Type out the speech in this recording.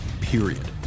Period